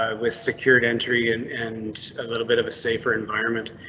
ah with secured entry and and a little bit of a safer environment.